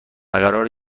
قراره